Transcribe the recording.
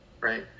right